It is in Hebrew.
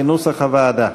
כנוסח הוועדה.